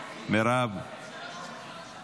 מרב, בבקשה.